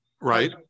Right